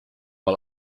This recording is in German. mal